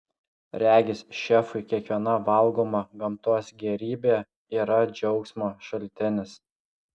regis šefui kiekviena valgoma gamtos gėrybė yra džiaugsmo šaltinis